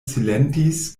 silentis